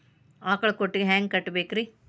ಆಕಳ ಕೊಟ್ಟಿಗಿ ಹ್ಯಾಂಗ್ ಕಟ್ಟಬೇಕ್ರಿ?